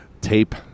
tape